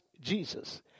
Jesus